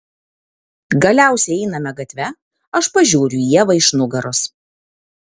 galiausiai einame gatve aš pažiūriu į ievą iš nugaros